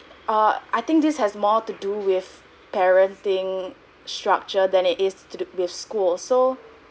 err I think this has more to do with parenting structure than it is to to be school so